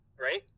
right